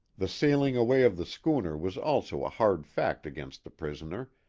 the sailing away of the schooner was also a hard fact against the prisoner,